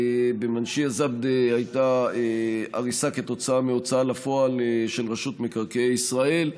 במנשייה א-זבדה הייתה הריסה כתוצאה מהוצאה לפועל של רשות מקרקעי ישראל.